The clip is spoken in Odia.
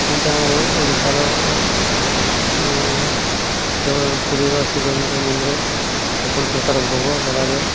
ସେନ୍ତି ଆମ ଓ ଓଡ଼ିଶାର ଯ ପୁରୀର ଶ୍ରୀ ଜଗନ୍ନାଥ ମନ୍ଦିରରେ ଛପନ ପ୍ରକାର ଭୋଗ ଲଗାଯାଏ